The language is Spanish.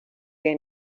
que